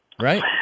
Right